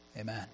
Amen